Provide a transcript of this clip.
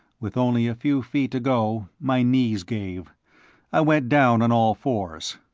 with only a few feet to go, my knees gave i went down on all fours.